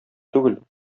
түгел